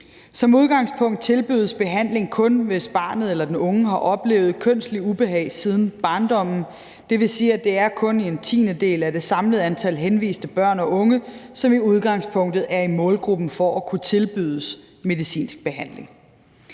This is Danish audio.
Som udgangspunkt tilbydes behandling kun, hvis barnet eller den unge har oplevet kønsligt ubehag siden barndommen. Det vil sige, at det kun er en tiendedel af det samlede antal henviste børn og unge, som i udgangspunktet er i målgruppen for at kunne tilbydes medicinsk behandling.